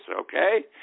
okay